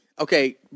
Okay